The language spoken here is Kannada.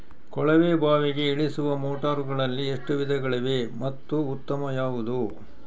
ಕೊಳವೆ ಬಾವಿಗೆ ಇಳಿಸುವ ಮೋಟಾರುಗಳಲ್ಲಿ ಎಷ್ಟು ವಿಧಗಳಿವೆ ಮತ್ತು ಉತ್ತಮ ಯಾವುದು?